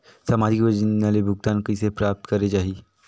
समाजिक योजना ले भुगतान कइसे प्राप्त करे जाहि?